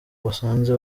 basanze